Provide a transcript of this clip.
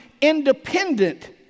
independent